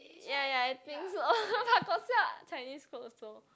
ya ya I think so but got sell Chinese clothes also